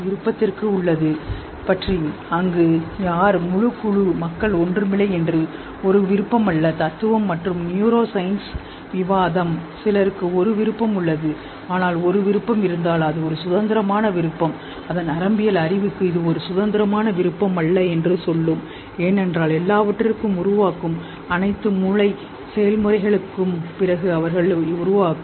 விருப்பத்திற்கு உள்ளது பற்றி அங்கு யார் முழு குழு மக்கள் ஒன்றுமில்லை என்று ஒரு விருப்பம் அல்ல தத்துவம் மற்றும் நியூரோ சயின்ஸ் விவாதம் சிலருக்கு ஒரு விருப்பம் உள்ளது ஆனால் ஒரு விருப்பம் இருந்தால் அது ஒரு சுதந்திரமான விருப்பம் அதன் நரம்பியல் அறிவுக்கு இது ஒரு சுதந்திரமான விருப்பம் அல்ல என்று சொல்லும் ஏனென்றால் எல்லாவற்றையும் உருவாக்கும் அனைத்து மூளை செயல்முறைகளுக்கும் பிறகு அவர்கள் உருவாக்கும்